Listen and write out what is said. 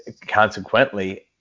consequently